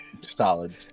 Solid